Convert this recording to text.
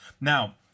Now